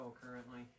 currently